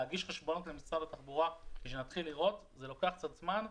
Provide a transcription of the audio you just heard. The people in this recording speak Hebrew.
להגיש חשבונות למשרד התחבורה זה לוקח קצת זמן.